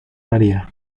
maría